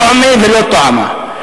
טוֹעמֶה ולא טועָמָה.